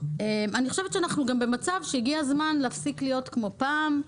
אני חושבת שאנחנו גם במצב שהגיע הזמן להפסיק להיות כמו פעם,